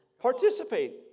participate